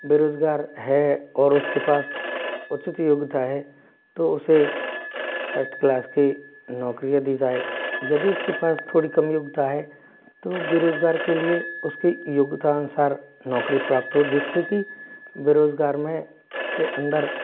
बेरोज़गार है और उस के पास उचित योग्यता है तो उसे फर्स्ट क्लास की नौकरियाँ दी जाए यदि उस के पास थोड़ी कम योग्यता है तो बेरोज़गार के लिए उस की योग्यता अनुसार नौकरी प्राप्त हो जिस से कि बेरोज़गार में के अंदर